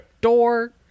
door